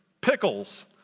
pickles